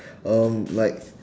um like